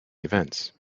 events